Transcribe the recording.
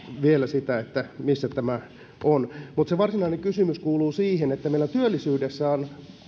vielä sitä missä tämä on mutta se varsinainen kysymys kuuluu siihen että meillä työllisyydessä on